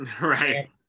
Right